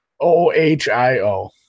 Ohio